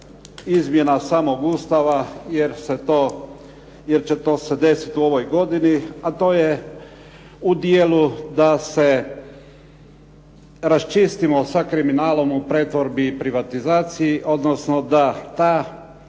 izmjena samog Ustava jer će to se desiti u ovoj godini, a to je u dijelu da se raščistimo sa kriminalom u pretvorbi i privatizaciji, odnosno da ta